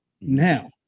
Now